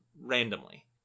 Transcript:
randomly